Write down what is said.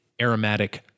aromatic